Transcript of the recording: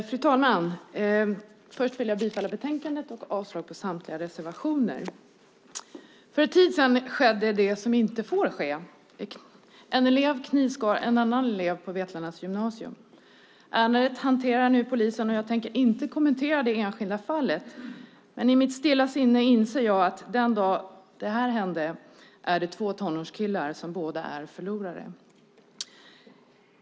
Fru talman! Först vill jag yrka bifall till förslaget i betänkandet och avslag på samtliga reservationer. För en tid sedan skedde det som inte får ske. En elev knivskar en annan elev på ett gymnasium i Vetlanda. Polisen hanterar nu ärendet, och jag tänker inte kommentera det enskilda fallet. Men i mitt stilla sinne inser jag att den dag det här hände var två tonårskillar båda förlorare.